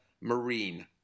Marine